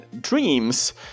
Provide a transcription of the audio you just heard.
Dreams